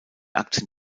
aktien